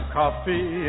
coffee